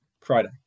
Friday